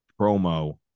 promo